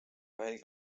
veelgi